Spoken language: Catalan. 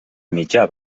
mitjà